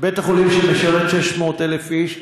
בית-החולים שמשרת 600,000 איש.